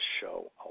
show